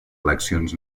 eleccions